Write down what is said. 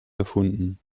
erfunden